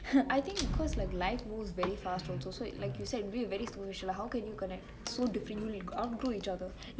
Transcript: I think cause like life moves very fast also like you said we are very social how can we connect so differently outgrow each other